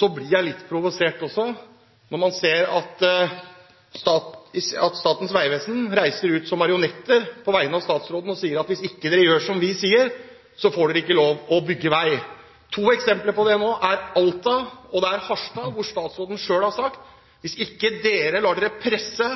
Så blir jeg også litt provosert når man ser at Statens vegvesen reiser ut som marionetter på vegne av statsråden og sier: Hvis dere ikke gjør som vi sier, får dere ikke lov til å bygge vei. To eksempler på dette er Alta og Harstad – hvor statsråden selv har sagt at hvis dere ikke lar dere presse